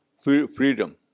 freedom